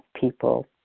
people